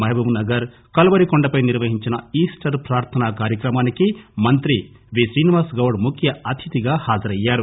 మహబూబ్ నగర్ లో కల్వరి కొండపై నిర్వహించిన ఈస్టర్ ప్రార్థనా కార్యక్రమానికి మంత్రి శ్రీనివాస గౌడ్ ముఖ్యఅతిథిగా హాజరయ్యారు